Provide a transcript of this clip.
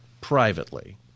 privately